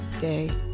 day